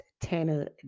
Tanner